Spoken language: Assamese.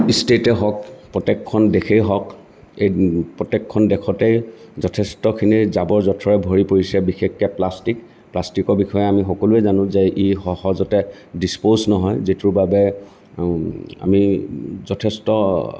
ষ্টেটেই হওক প্ৰত্যেকখন দেশেই হওক এই প্ৰত্যেকখন দেশতে যথেষ্টখিনি জাবৰ জোথৰৰে ভৰি পৰিছে বিশেষকৈ প্লাষ্টিক প্লাষ্টিকৰ বিষয়ে আমি সকলোৱে জানোঁ যে ই সহজতে ডিছপ'জ নহয় যিটোৰ বাবে আমি যথেষ্ট